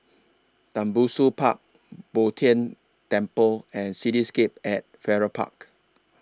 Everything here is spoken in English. Tembusu Park Bo Tien Temple and Cityscape At Farrer Park